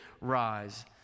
rise